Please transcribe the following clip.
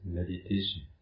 meditation